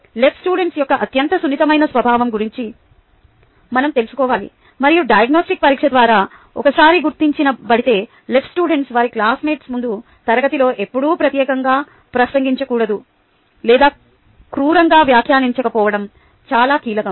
LS యొక్క అత్యంత సున్నితమైన స్వభావం గురించి మనం తెలుసుకోవాలి మరియు డయాగ్నొస్టిక్ పరీక్ష ద్వారా ఒకసారి గుర్తించబడితే LS వారి క్లాస్మేట్స్ ముందు తరగతిలో ఎప్పుడూ ప్రత్యక్షంగా ప్రసంగించకూడదు లేదా క్రూరంగా వ్యాఖ్యానించకపోవడం చాలా కీలకం